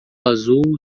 azul